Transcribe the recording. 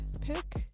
pick